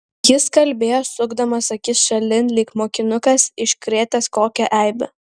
jis kalbėjo sukdamas akis šalin lyg mokinukas iškrėtęs kokią eibę